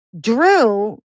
drew